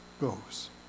goes